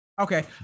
Okay